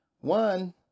One